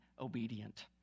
obedient